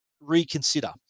reconsider